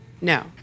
No